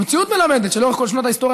המציאות מלמדת שלאורך כל שנות ההיסטוריה